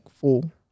full